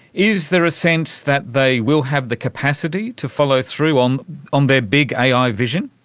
is there a sense that they will have the capacity to follow through um on their big ai vision?